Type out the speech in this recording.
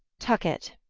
tucket.